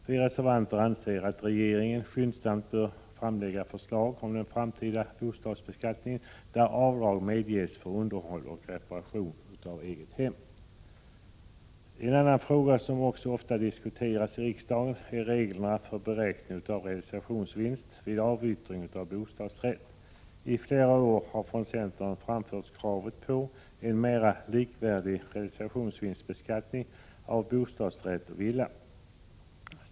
Flera reservanter anser att regeringen skyndsamt bör framlägga förslag om den framtida bostadsbeskattningen där avdrag medges för underhåll och reparation av eget hem. En annan fråga som ofta diskuteras i riksdagen gäller reglerna för beräkning av realisationsvinst vid avyttring av bostadsrätt. I flera år har från centern framförts krav på en mera likvärdig realisationsvinstsbeskattning av bostadsrätter och villor.